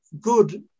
good